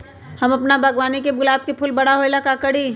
हम अपना बागवानी के गुलाब के फूल बारा होय ला का करी?